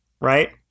right